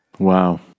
Wow